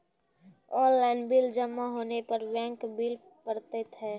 Online bill जमा होने पर बैंक बिल पड़तैत हैं?